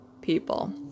people